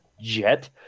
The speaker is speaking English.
jet